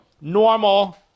normal